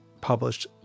published